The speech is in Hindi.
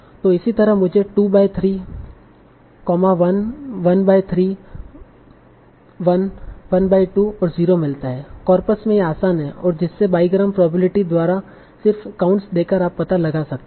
तों इसी तरह मुझे 2 बाय 3 1 1 बाय 3 1 बाय 2 और 0 मिलता है कॉर्पस में यह आसान है और जिससे बाईग्राम प्रोबेबिलिटी द्वारा सिर्फ काउंट्स देकर आप पता लगा सकते हैं